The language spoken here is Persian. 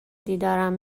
دیدارم